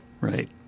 right